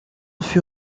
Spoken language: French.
fut